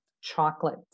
chocolate